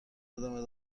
ادامه